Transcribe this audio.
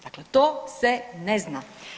Dakle to se ne zna.